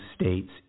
states